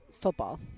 football